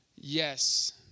Yes